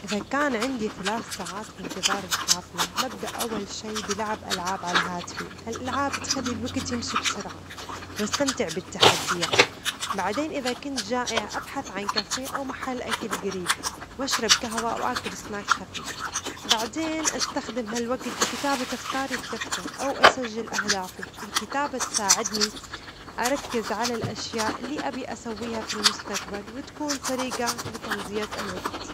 إذا كان عندي ثلاث ساعات في انتظار الحافلة، أبدأ أول شئ بلعب ألعاب على هاتفي؛ الألعاب تخلي الوجت يمشي بسرعة، وأستمتع بالتحديات، بعدين إذا كنت جائع أبحث عن كافيه أو محل أكل قريب و أشرب جهوة أو أكل سناك خفيف ،بعدين استخدم الوجت لكتابة أفكاري في دفتر أو اسجل أهدافي؛ الكتابة تساعدني اركز على الأشياء التي أبغي أسويها في المستقبل، وتكون طريجة لتمضية الوجت.